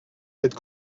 cette